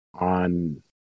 on